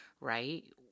right